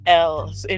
else